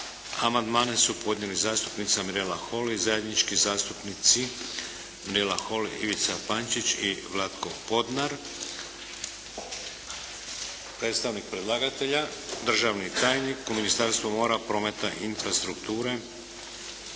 Amandmane su podnijeli zastupnici Mirela Holy, zajednički zastupnici Mirela Holy, Ivica Pančić i Vlatko Podnar. Predstavnik predlagatelja državni tajnik u Ministarstvu mora, prometa i infrastrukture